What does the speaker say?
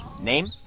Name